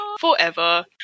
forever